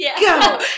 Go